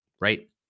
right